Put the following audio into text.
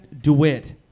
DeWitt